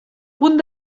punt